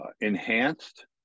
enhanced